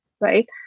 right